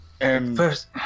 First